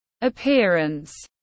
appearance